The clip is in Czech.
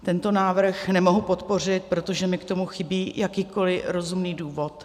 Tento návrh nemohu podpořit, protože mi k tomu chybí jakýkoliv rozumný důvod.